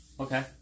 Okay